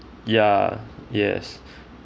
ya yes